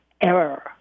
error